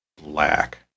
black